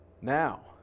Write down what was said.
Now